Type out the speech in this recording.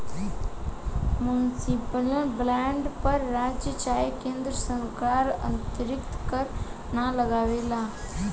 municipal bond पर राज्य चाहे केन्द्र सरकार अतिरिक्त कर ना लगावेला